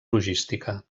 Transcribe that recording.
logística